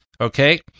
Okay